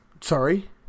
Sorry